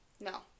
No